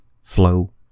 flow